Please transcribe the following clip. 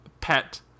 pet